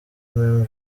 mme